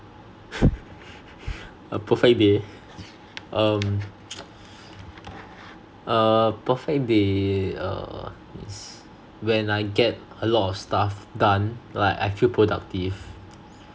a perfect day um uh a perfect day err it's when I get a lot of stuff done like I feel productive